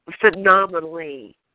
phenomenally